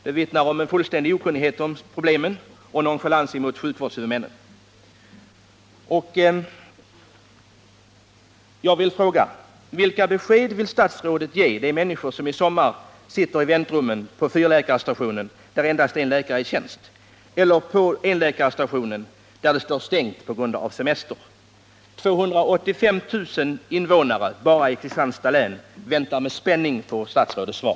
Det vittnar om en fullständig okunnighet om problemen och om nonchalans mot sjukvårdshuvudmännen. 285 000 invånare i Kristianstads län väntar med spänning på statsrådets svar.